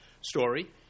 story